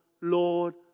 Lord